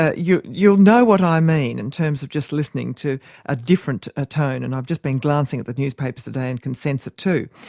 ah you'll you'll know what i mean in terms of just listening to a different ah tone. and i've just been glancing at the newspapers today and can sense it too.